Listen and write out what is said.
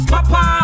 Papa